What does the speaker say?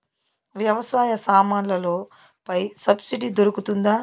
వ్యవసాయ సామాన్లలో పై సబ్సిడి దొరుకుతుందా?